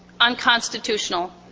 unconstitutional